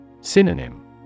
Synonym